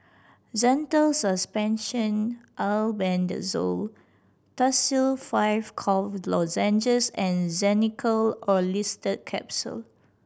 Zental Suspension Albendazole Tussil Five Cough Lozenges and Zenical Orlistat Capsule